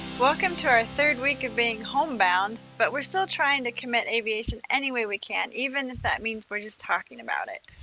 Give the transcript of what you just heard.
welcome to our third week of being home bound but we're still trying to commit aviation any way we can, even if that means we're just talking about it.